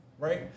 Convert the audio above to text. Right